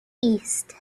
east